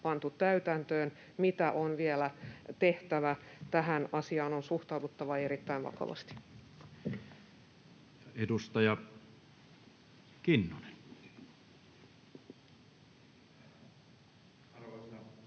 pantu täytäntöön, mitä on vielä tehtävä. Tähän asiaan on suhtauduttava erittäin vakavasti. [Speech 30] Speaker: Toinen